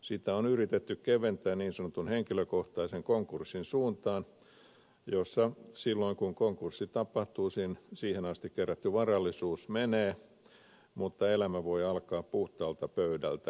sitä on yritetty keventää niin sanotun henkilökohtaisen konkurssin suuntaan jossa silloin kun konkurssi tapahtuu siihen asti kerätty varallisuus menee mutta elämä voi alkaa puhtaalta pöydältä uudestaan